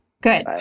good